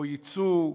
או ייצוא,